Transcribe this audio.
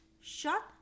shut